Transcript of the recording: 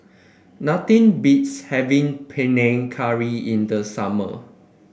nothing beats having Panang Curry in the summer